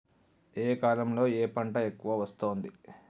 ఏ కాలంలో ఏ పంట ఎక్కువ వస్తోంది?